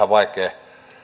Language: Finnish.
vaikea